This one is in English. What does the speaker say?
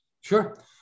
Sure